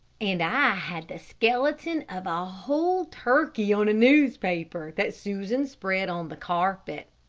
and i had the skeleton of a whole turkey on a newspaper that susan spread on the carpet.